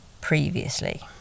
previously